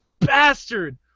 bastard